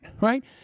right